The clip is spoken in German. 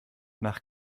nach